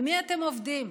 על מי אתם עובדים?